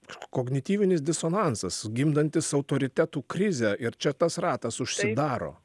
kognityvinis disonansas gimdantis autoritetų krizę ir čia tas ratas užsidaro